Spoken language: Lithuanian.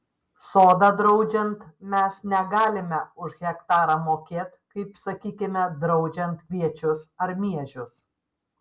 sodą draudžiant mes negalime už hektarą mokėt kaip sakykime draudžiant kviečius ar miežius